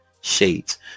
shades